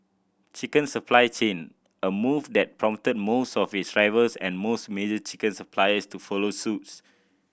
chicken supply chain a move that prompted most of its rivals and most major chicken suppliers to follow suits